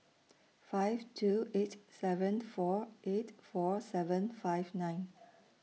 five two eight seven four eight four seven five nine